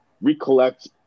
recollect